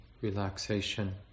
relaxation